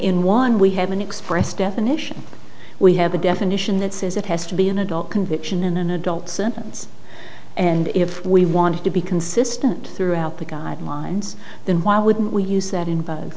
in one we haven't expressed definition we have a definition that says it has to be an adult conviction in an adult sentence and if we want to be consistent throughout the guidelines then why wouldn't we use that in